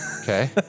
Okay